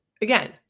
again